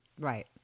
Right